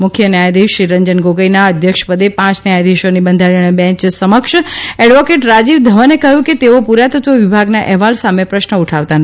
મુખ્ય ન્યાયાધીશશ્રી રંગ ન ગોગોઇના અધ્યક્ષપદે પાંચ ન્યાયાધીશોની લંધારણીય લેન્ય સમક્ષ એડવોકેટ રાજીવ ધવને કહ્યું કે તેઓ પુરાતત્વ વિભાગના અહેવાલ સામે પ્રશ્ન ઉઠાવતા નથી